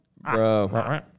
Bro